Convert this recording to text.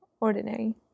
ordinary